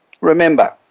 remember